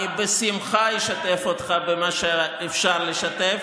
בשמחה אשתף אותך במה שאפשר לשתף.